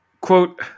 quote